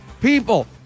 people